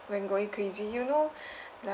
when going crazy you know li~